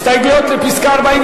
הסתייגות 48,